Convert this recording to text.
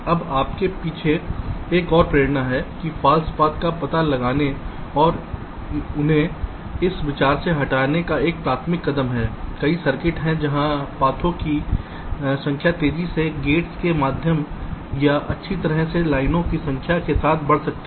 अब इसके पीछे एक और प्रेरणा है कि फॉल्स पाथ का पता लगाने और उन्हें इस विचार से हटाने का एक प्राथमिक कदम है कई सर्किट हैं जहां पथों की संख्या तेजी से गेट्स की संख्या या अच्छी तरह से लाइनों की संख्या के साथ बढ़ सकती है